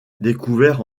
découvert